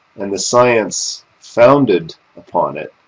and the science founded upon it,